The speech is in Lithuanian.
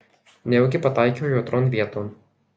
nejaugi pataikiau jautrion vieton